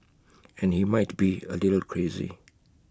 and he might be A little crazy